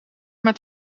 met